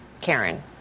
Karen